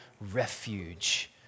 refuge